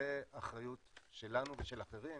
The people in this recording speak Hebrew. זו אחריות שלנו ושל אחרים,